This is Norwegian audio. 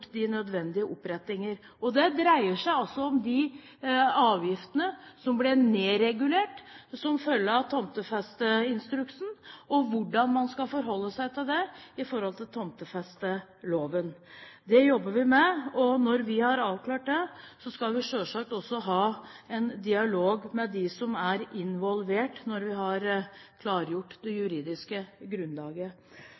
de nødvendige opprettinger. Det dreier seg altså om de avgiftene som ble nedregulert som følge av tomtefesteinstruksen, og hvordan man skal forholde seg til det i forhold til tomtefesteloven. Det jobber vi med, og når vi har avklart det, skal vi selvsagt også ha en dialog med de som er involvert, når vi har klargjort det